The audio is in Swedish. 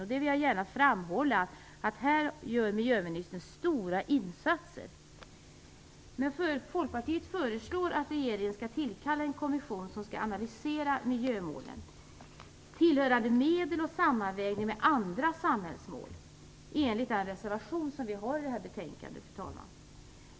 Jag vill gärna framhålla att miljöministern här gör stora insatser. Folkpartiet föreslår att regeringen skall tillkalla en kommission som skall analysera miljömålen, tillhörande medel och sammanvägning med andra samhällsmål enligt den reservation som vi har till det här betänkandet.